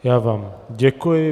Já vám děkuji.